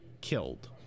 killed